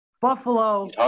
Buffalo